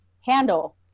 handle